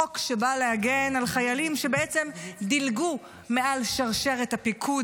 חוק שבא להגן על חיילים שבעצם דילגו מעל שרשרת הפיקוד